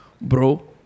Bro